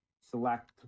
select